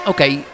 Okay